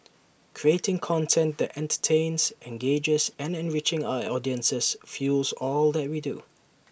creating content that entertains engages and enriching our audiences fuels all that we do